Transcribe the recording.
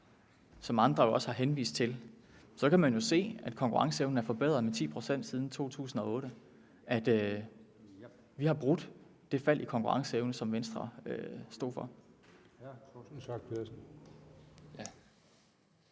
som andre også har henvist til, så kan man se, at konkurrenceevnen er forbedret med 10 pct. siden 2008, og at vi har brudt det fald i konkurrenceevnen, som Venstre stod for.